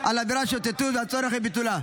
העלה את הנושא של עבירת שוטטות ועל הצורך בביטולה.